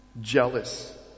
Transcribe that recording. jealous